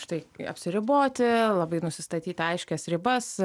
štai apsiriboti labai nusistatyti aiškias ribas